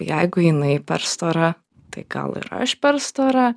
jeigu jinai per stora tai gal ir aš per stora